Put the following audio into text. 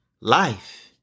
Life